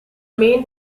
main